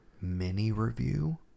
mini-review